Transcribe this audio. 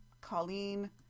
Colleen